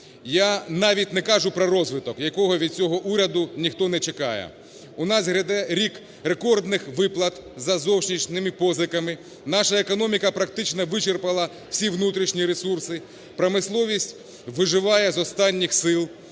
Я навіть не кажу про розвиток, якого від цього уряду ніхто не чекає. У нас гряде рік рекордних виплат за зовнішніми позиками, наша економіка практично вичерпала всі внутрішні ресурси, промисловість виживає з останніх сил,